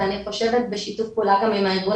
ואני חושבת בשיתוף פעולה גם עם הארגון